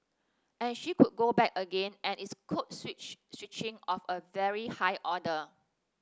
and she could go back again and it's code switch switching of a very high order